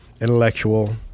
intellectual